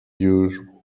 huge